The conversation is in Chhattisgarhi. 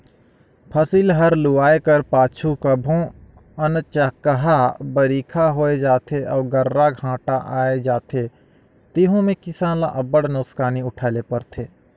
फसिल हर लुवाए कर पाछू कभों अनचकहा बरिखा होए जाथे अउ गर्रा घांटा आए जाथे तेहू में किसान ल अब्बड़ नोसकानी उठाए ले परथे